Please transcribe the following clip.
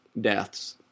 deaths